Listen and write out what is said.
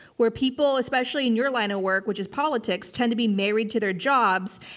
where people, especially in your line of work, which is politics, tend to be married to their jobs,